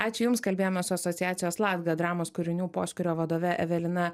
ačiū jums kalbėjomės asociacijos latga dramos kūrinių poskyrio vadove evelina